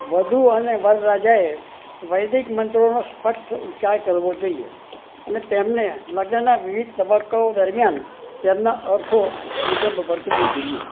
વધૂ અને વરરાજાએ વૈદિક મંત્રોનો સ્પષ્ટ ઉચ્ચાર કરવો જોઈએ અને તેમને લગ્નના વિવિધ તબક્કાઓ દરમિયાન તેમના અર્થો મુજબ વર્તવું જોઈએ